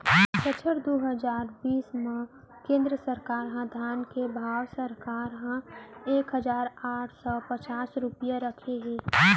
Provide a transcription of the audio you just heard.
बछर दू हजार बीस म केंद्र सरकार ह धान के भाव सरकार ह एक हजार आठ सव पचास रूपिया राखे हे